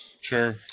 Sure